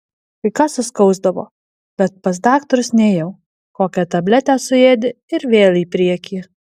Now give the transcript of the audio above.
kai ką suskausdavo bet pas daktarus nėjau kokią tabletę suėdi ir vėl į priekį